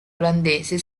olandese